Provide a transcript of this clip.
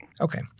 Okay